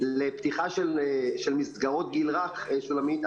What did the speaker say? לפתיחה של מסגרות הגיל הרך תשובה לשולמית,